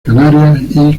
canarias